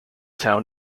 town